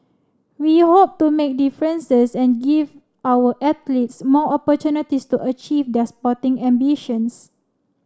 we hope to make differences and give our athletes more opportunities to achieve their sporting ambitions